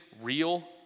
real